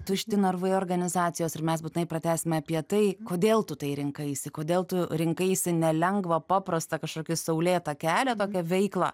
tušti narvai organizacijos ir mes būtinai pratęsime apie tai kodėl tu tai rinkaisi kodėl tu rinkaisi ne lengvą paprastą kažkokius saulėtą kelią tokią veiklą